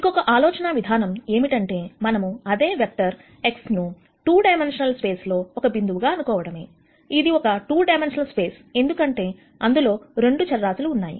ఇంకొక ఆలోచన విధానం ఏమిటంటే మనము అదే వెక్టర్ X ను 2 డైమెన్షనల్ స్పేస్ లో ఒక బిందువుగా అనుకోవడమేఇది ఒక 2 డైమెన్షనల్ స్పేస్ ఎందుకంటే అందులో రెండు చరరాశులు ఉన్నాయి